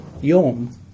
yom